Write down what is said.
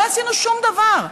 לא עשינו שום דבר.